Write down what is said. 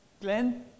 Glenn